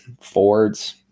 Fords